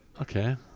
Okay